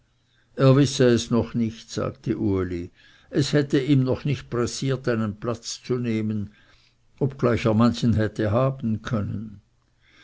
er wisse es noch nicht sagte uli es hätte ihm noch nicht pressiert einen platz zu nehmen obgleich er manchen hätte haben können